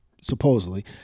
supposedly